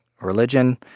religion